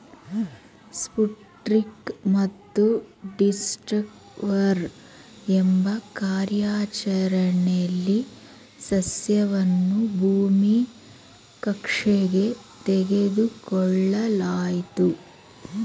Sputnik ಮತ್ತು discover ಎಂಬ ಕಾರ್ಯಾಚರಣೆಲಿ ಸಸ್ಯವನ್ನು ಭೂಮಿ ಕಕ್ಷೆಗೆ ತೆಗೆದುಕೊಳ್ಳಲಾಯ್ತು